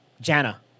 Jana